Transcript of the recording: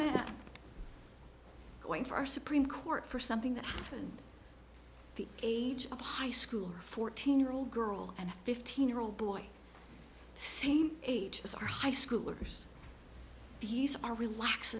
man going for our supreme court for something that happened the age of high school fourteen year old girl and a fifteen year old boy same age as our high schoolers these are relax